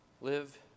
Live